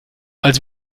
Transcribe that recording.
als